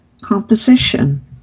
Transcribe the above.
composition